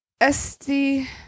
Esti